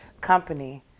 company